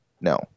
No